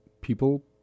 people